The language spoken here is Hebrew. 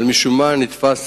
אבל משום מה נתפס